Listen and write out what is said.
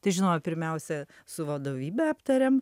tai žinoma pirmiausia su vadovybe aptariam